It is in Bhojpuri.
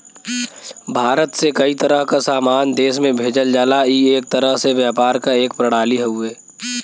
भारत से कई तरह क सामान देश में भेजल जाला ई एक तरह से व्यापार क एक प्रणाली हउवे